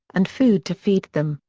and food to feed them,